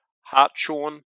Hartshorn